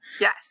Yes